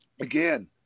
again